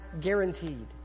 guaranteed